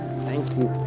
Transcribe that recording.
thank you.